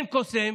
אין קוסם.